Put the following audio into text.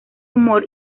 humor